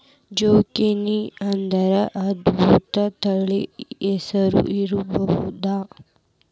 ಜುಕೇನಿಅಂದ್ರ ಅದೊಂದ ತಳಿ ಹೆಸರು ಇರ್ಬಹುದ